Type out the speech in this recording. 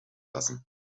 lassen